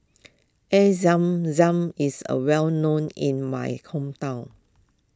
Air Zam Zam is a well known in my hometown